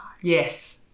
Yes